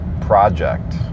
project